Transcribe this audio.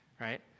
right